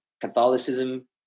Catholicism